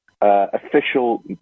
official